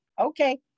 okay